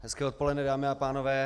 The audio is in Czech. Hezké odpoledne, dámy a pánové.